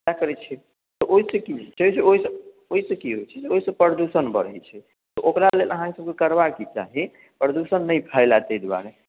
सहए करैत छियै तऽ ओहिके की छै तऽ ओहि से की होइत छै ओहिसँ प्रदूषण बढ़ैत छै तऽ ओकरा लेल अहाँ सबकेँ करबा की चाही जे प्रदूषण नहि फैले ताहि दुआरे